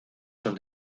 son